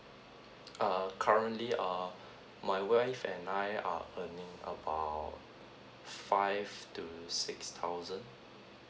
err currently err my wife and I are earning about five to six thousand